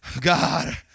God